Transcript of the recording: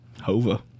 Hova